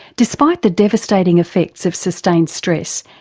despite the devastating effects of sustained stress,